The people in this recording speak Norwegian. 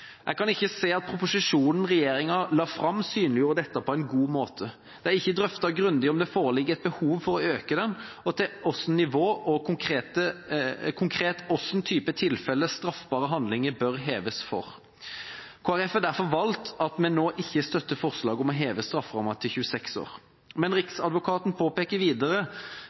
Jeg kan ikke se at proposisjonen regjeringa la fram, synliggjorde dette på en god måte. Det er ikke drøftet grundig om det foreligger et behov for å øke den, og til hvilket nivå og konkret hvilke typer tilfeller straffbare handlinger bør heves for. Kristelig Folkeparti har derfor valgt at vi nå ikke støtter forslag om å heve strafferammen til 26 år. Men Riksadvokaten påpeker videre: